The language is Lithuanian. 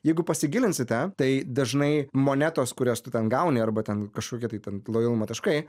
jeigu pasigilinsite tai dažnai monetos kurias tu ten gauni arba ten kažkokie tai ten lojalumo taškai